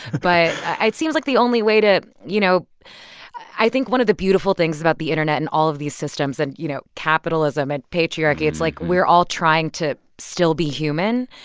but it seems like the only way to, you know i think one of the beautiful things about the internet and all of these systems and, you know, capitalism and patriarchy it's like we're all trying to still be human.